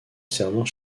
serment